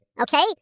okay